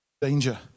danger